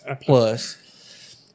plus